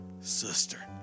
sister